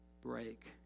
break